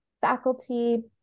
faculty